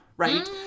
Right